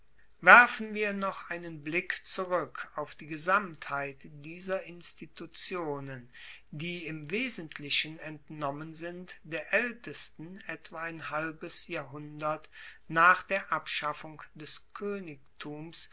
werfen wir noch einen blick zurueck auf die gesamtheit dieser institutionen die im wesentlichen entnommen sind der aeltesten etwa ein halbes jahrhundert nach der abschaffung des koenigtums